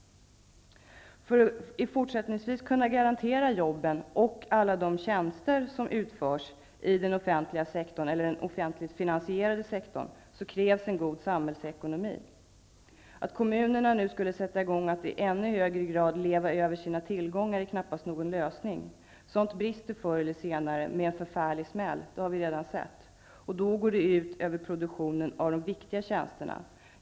För att fortsättningsvis kunna garantera jobben och alla de tjänster som utförs i den offentligt finansierade sektorn krävs en god samhällsekonomi. Att kommunerna nu skulle sätta i gång att i ännu högre grad leva över sina tillgångar är knappast någon lösning. Sådant brister förr eller senare med en förfärlig smäll. Det har vi redan sett. Då går det ut över produktionen av de viktiga tjänsterna.